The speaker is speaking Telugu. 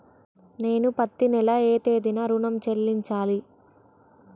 నేను పత్తి నెల ఏ తేదీనా ఋణం చెల్లించాలి?